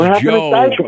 Joe